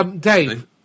Dave